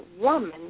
woman